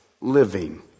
living